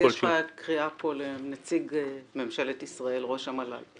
אני אקרא כאן לנציג ממשלת ישראל, ראש המל"ל,